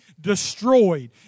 destroyed